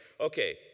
Okay